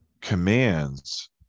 commands